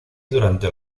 durante